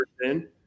person